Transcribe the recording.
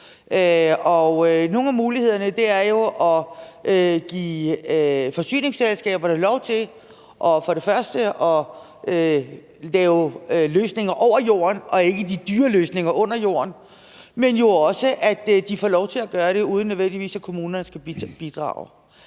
Nogle af mulighederne er jo at give forsyningsselskaberne lov til for det første at lave løsninger over jorden og ikke de dyre løsninger under jorden, og for det andet lov til at gøre det, uden at kommunerne nødvendigvis